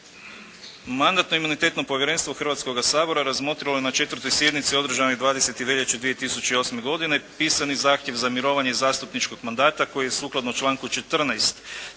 Mandatno-imunitetno povjerenstvo Hrvatskoga sabora razmotrilo je na četvrtoj sjednici održanoj 20. veljače 2008. godine pisani zahtjev za mirovanje zastupničkog mandata koji je sukladno članku 14.